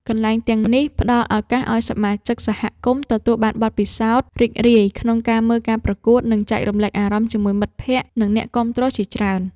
កន្លែងទាំងនេះផ្តល់ឱកាសឱ្យសមាជិកសហគមន៍ទទួលបានបទពិសោធន៍រីករាយក្នុងការមើលការប្រកួត និងចែករំលែកអារម្មណ៍ជាមួយមិត្តភក្តិ និងអ្នកគាំទ្រជាច្រើន។